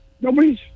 nobody's